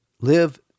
live